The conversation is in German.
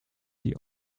die